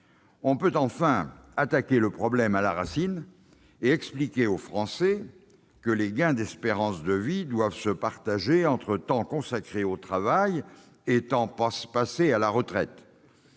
On peut enfin attaquer le problème à la racine et expliquer aux Français que les gains d'espérance de vie doivent se partager entre temps consacré au travail et temps passé en retraite.